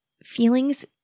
feelings